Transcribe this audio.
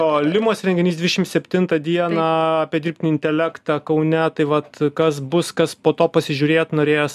o limos renginys dvidešim septintą dieną apie dirbtinį intelektą kaune tai vat kas bus kas po to pasižiūrėt norės